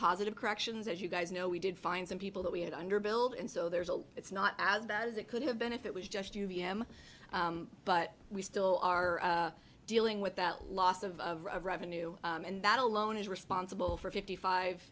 positive corrections as you guys know we did find some people that we had under build and so there's a lot it's not as bad as it could have been if it was just you v m but we still are dealing with that loss of revenue and that alone is responsible for fifty five